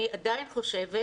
אני עדיין חושבת